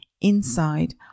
inside